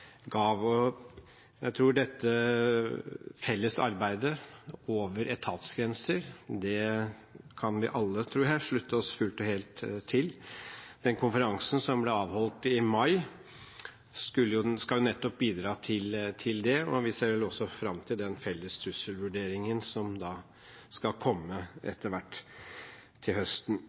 Jeg går heller inn på de svarene som statsråden ga. Dette felles arbeidet over etatsgrenser tror jeg vi alle kan slutte oss fullt og helt til. Den konferansen som ble avholdt i mai, skal nettopp bidra til det. Og vi ser også fram til den felles trusselvurderingen som skal komme til høsten.